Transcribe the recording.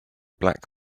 black